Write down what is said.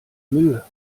mühe